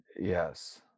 Yes